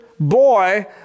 Boy